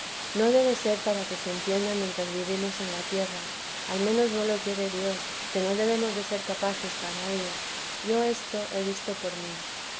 no debe ser para que se entienda mientras vivimos en la tierra al menos no lo quiere dios que no debemos de ser capaces para ello yo esto he visto por mí